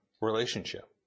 Relationship